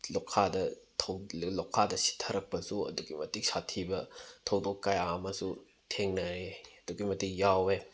ꯂꯣꯈꯥꯗ ꯂꯣꯈꯥꯗ ꯁꯤꯠꯊꯔꯛꯄꯁꯨ ꯑꯗꯨꯛꯀꯤ ꯃꯇꯤꯛ ꯁꯥꯠꯊꯤꯕ ꯊꯧꯗꯣꯛ ꯀꯌꯥ ꯑꯃꯁꯨ ꯊꯦꯡꯅꯔꯦ ꯑꯗꯨꯛꯀꯤ ꯃꯇꯤꯛ ꯌꯥꯎꯋꯦ